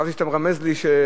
חשבתי שאתה מרמז לי שאני,